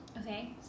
Okay